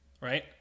right